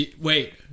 Wait